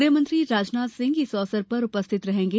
गृहमंत्री राजनाथ सिंह इस अवसर पर उपस्थित रहेंगे